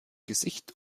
gesicht